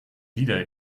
wieder